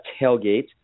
tailgate